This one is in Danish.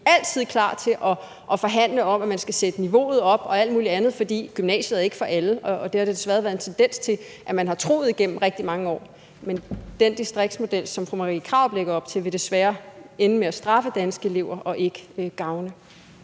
altid klar til at forhandle om, at man skal sætte niveauet op og alt muligt andet, for gymnasiet er ikke for alle. Det har der desværre været en tendens til at man har troet igennem rigtig mange år, men den distriktsmodel, som fru Marie Krarup lægger op til, vil desværre ende med at straffe og ikke gavne